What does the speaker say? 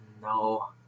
No